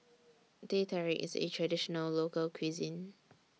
Teh Tarik IS A Traditional Local Cuisine